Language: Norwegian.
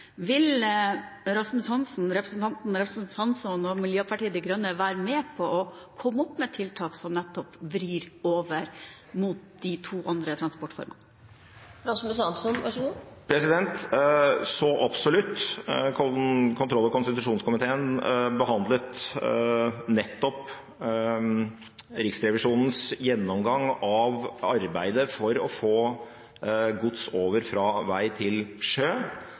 Vil representanten Rasmus Hansson og Miljøpartiet De Grønne være med på å komme opp med tiltak som nettopp vrir godstrafikken over mot de to andre transportformene? Så absolutt! Kontroll- og konstitusjonskomiteen behandlet nettopp Riksrevisjonens gjennomgang av arbeidet for å få gods over fra vei til sjø